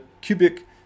cubic